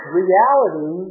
reality